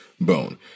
bone